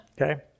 Okay